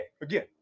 Again